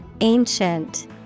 Ancient